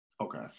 Okay